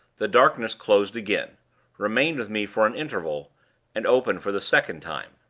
the darkness closed again remained with me for an interval and opened for the second time.